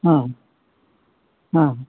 ᱦᱮᱸ ᱦᱮᱸ